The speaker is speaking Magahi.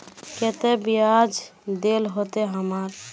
केते बियाज देल होते हमरा?